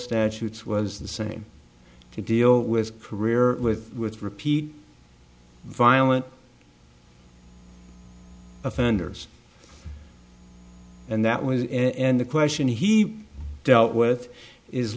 statutes was the same to deal with career with with repeat violent offenders and that was and the question he dealt with is